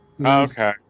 Okay